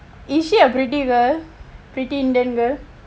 is she a pretty girl pretty pretty indian girl